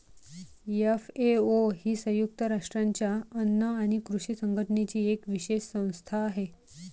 FAO ही संयुक्त राष्ट्रांच्या अन्न आणि कृषी संघटनेची एक विशेष संस्था आहे